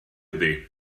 ydy